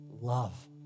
love